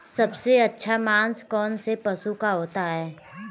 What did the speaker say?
सबसे अच्छा मांस कौनसे पशु का होता है?